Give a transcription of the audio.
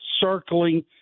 circling